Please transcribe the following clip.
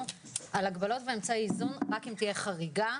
על הגבלות ואמצעי איזון רק אם תהיה חריגה.